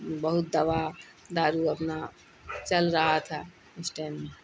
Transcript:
بہت دوا دارو اپنا چل رہا تھا اس ٹائم